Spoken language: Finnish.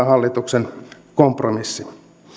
hallituksen kompromissi sen verran että